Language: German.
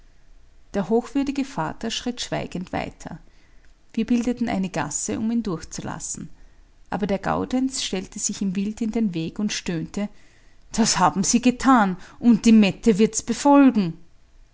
der hochwürdige vater schritt schweigend weiter wir bildeten eine gasse um ihn durchzulassen aber der gaudenz stellte sich ihm wild in den weg und stöhnte das haben sie getan und die mette wird's befolgen